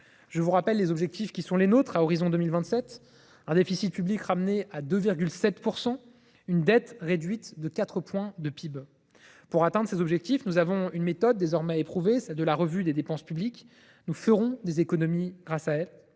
Je vous rappelle les cibles qui sont les nôtres à l’horizon de 2027 : un déficit public ramené à 2,7 % et une dette réduite de 4 points de PIB. Pour atteindre ces objectifs, nous avons une méthode désormais éprouvée : la revue des dépenses publiques. Nous ferons des économies grâce à elle.